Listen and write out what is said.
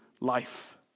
life